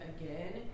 again